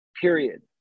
Period